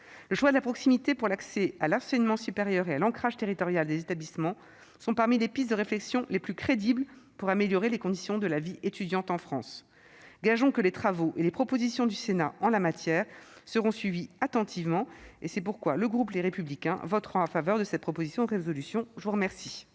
Le choix de la proximité pour l'accès à l'enseignement supérieur et l'ancrage territorial des établissements sont parmi les pistes de réflexion les plus crédibles, là où il s'agit d'améliorer les conditions de la vie étudiante en France. Gageons que les travaux et les propositions du Sénat en la matière seront suivis attentivement. Le groupe Les Républicains votera en faveur de cette proposition de résolution. La parole